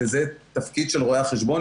וזה תפקיד של רואי החשבון.